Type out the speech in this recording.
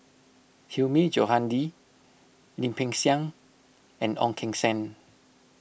Hilmi Johandi Lim Peng Siang and Ong Keng Sen